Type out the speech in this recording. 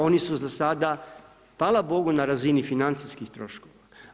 Oni su za sada, hvala Bogu na razini financijskih troškova.